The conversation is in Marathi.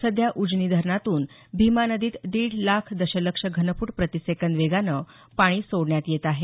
सध्या उजनी धरणातून भीमा नदीत दीड लाख दशलक्ष घनफूट प्रतिसेकंद वेगानं पाणी सोडण्यात येत आहे